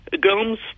Gomes